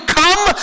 come